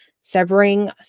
severing